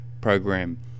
program